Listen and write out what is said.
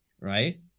right